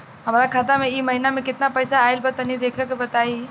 हमरा खाता मे इ महीना मे केतना पईसा आइल ब तनि देखऽ क बताईं?